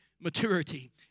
Maturity